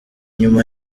inyuma